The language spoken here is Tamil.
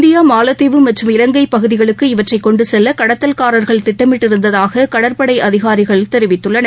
இந்தியா மாலத்தீவு மற்றும் இலங்கைப் பகுதிகளுக்கு இவற்றைக் கொண்டுக் செல்ல கடத்தல்காரர்கள் திட்டமிட்டிருந்ததாக கடற்படை அதிகாரிகள் தெரிவித்துள்ளனர்